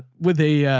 with a,